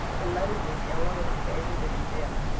the letters were yellow and faded and dim,